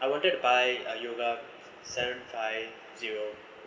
I wanted to buy a yoga seven five zero